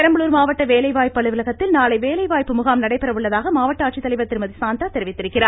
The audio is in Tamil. பெரம்பலூர் மாவட்ட வேலைவாய்ப்பு அலுவலகத்தில் நாளை வேலை வாய்ப்பு முகாம் நடைபெற உள்ளதாக மாவட்ட ஆட்சித்தலைவர் திருமதி சாந்தா தெரிவித்துள்ளார்